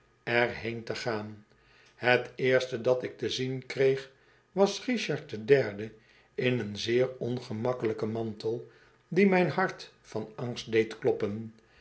er heen te gaan het eerste dat ik te zien kreeg was richard de derde in een zeer ongemakkelijken mantel die mijn hart van angst deed kloppen